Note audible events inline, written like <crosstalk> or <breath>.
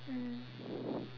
mm <breath>